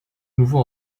nouveau